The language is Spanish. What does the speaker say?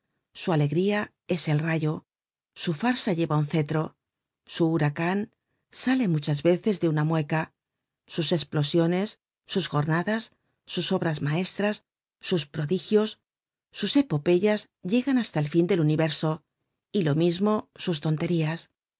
su alegría es el rayo su farsa lleva un cetro su huracan sale muchas veces de una mueca sus esplosiones sus jornadas sus obras maestras sus prodigios sus epopeyas llegan hasta el fin del universo y lo mismo sus tonterías